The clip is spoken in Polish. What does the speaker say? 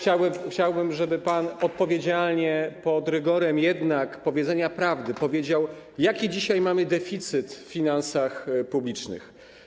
Chciałbym, żeby pan odpowiedzialnie, pod rygorem powiedzenia prawdy powiedział, jaki dzisiaj mamy deficyt w finansach publicznych.